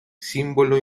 símbolo